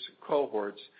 cohorts